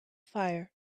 fire